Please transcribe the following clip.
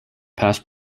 past